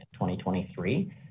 2023